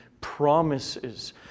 promises